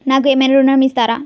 నాకు ఏమైనా ఋణం ఇస్తారా?